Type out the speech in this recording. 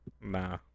Nah